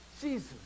Jesus